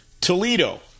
Toledo